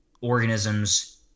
organisms